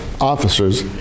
officers